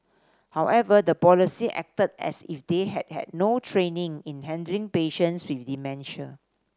however the police acted as if they had had no training in handling patients with dementia